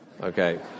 Okay